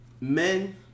men